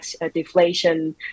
deflation